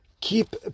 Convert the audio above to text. keep